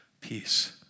peace